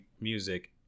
music